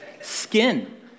Skin